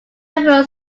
prefer